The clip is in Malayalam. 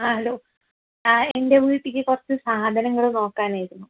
ആ ഹലോ ആ എൻ്റെ വീട്ടിലേക്ക് കുറച്ച് സാധനങ്ങള് നോക്കാനായിരുന്നു